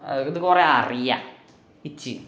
ഇത് കുറേ അറിയാം ഇച്ച്